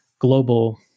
global